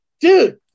dude